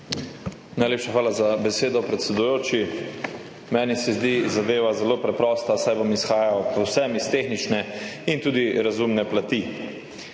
Najlepša hvala za besedo, predsedujoči. Meni se zdi zadeva zelo preprosta, saj bom izhajal povsem iz tehnične in tudi razumne plati.